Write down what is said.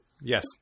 Yes